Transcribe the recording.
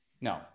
No